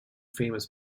famous